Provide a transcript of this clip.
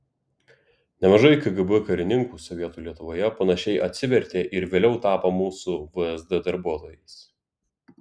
nemažai kgb karininkų sovietų lietuvoje panašiai atsivertė ir vėliau tapo mūsų vsd darbuotojais